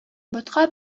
ботка